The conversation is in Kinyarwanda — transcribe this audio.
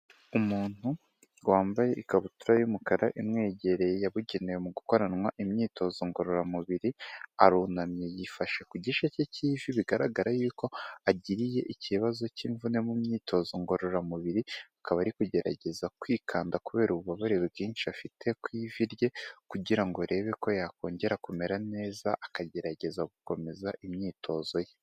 Umuntu wambaye ikabutura y'umukara imwegereye yabugenewe mu gukoranwa imyitozo ngororamubiri, arunamye yifashe ku gice cye cy'ivi, bigaragara yuko agiriye ikibazo cy'imvune mu myitozo ngororamubiri, akaba ari kugerageza kwikanda kubera ububabare bwinshi afite ku ivi rye kugira ngo arebe ko yakongera kumera neza akagerageza gukomeza imyitozo ye.